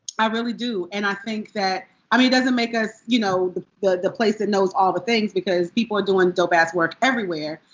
i really do. and i think that it i mean doesn't make us you know the the place that knows all the things. because people are doing dope-ass work everywhere.